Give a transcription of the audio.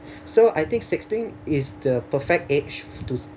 so I think sixteen is the perfect age to